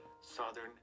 southern